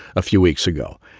a few weeks ago.